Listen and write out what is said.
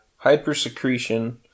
hypersecretion